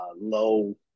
low